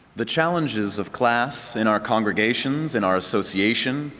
the challenges of class in our congregations, in our association,